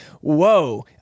Whoa